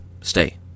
Stay